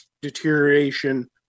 deterioration